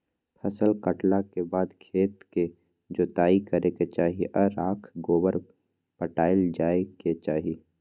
फसल काटला के बाद खेत के जोताइ करे के चाही आऽ राख गोबर पटायल जाय के चाही